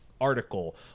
article